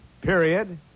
Period